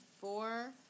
four